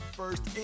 first